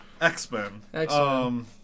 X-Men